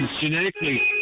genetically